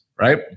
right